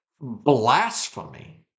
blasphemy